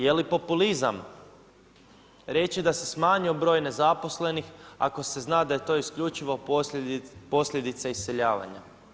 Jeli populizam reći da se smanjio broj nezaposlenih, ako se zna da je to isključivo posljedica iseljavanja?